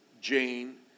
Jane